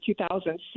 2006